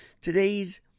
Today's